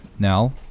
now